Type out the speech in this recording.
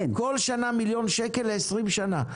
כל שנה מיליון שקל ל-20 שנה.